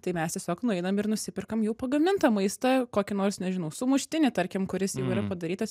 tai mes tiesiog nueinam ir nusiperkam jau pagamintą maistą kokį nors nežinau sumuštinį tarkim kuris jau yra padarytas